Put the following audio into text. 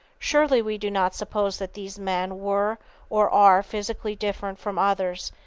surely we do not suppose that these men were or are physically different from others,